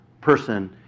person